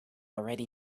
already